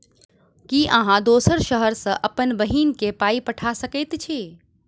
की अहाँ दोसर शहर सँ अप्पन बहिन केँ पाई पठा सकैत छी?